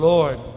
Lord